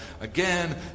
again